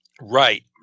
Right